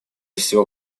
всего